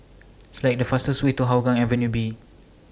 Select The fastest Way to Hougang Avenue B